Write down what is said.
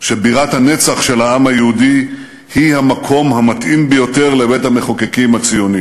שבירת הנצח של העם היהודי היא המקום המתאים ביותר לבית-המחוקקים הציוני,